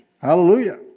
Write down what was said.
Hallelujah